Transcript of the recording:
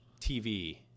TV